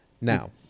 Now